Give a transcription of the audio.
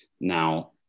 now